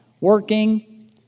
working